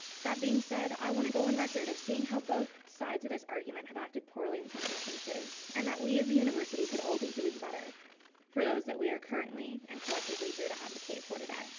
that being said i wanna go on record of seeing how both sides of this argument have acted poorly on and some instances and that we as a university could all be doing better for those that we are currently and collectively here to advocate for today,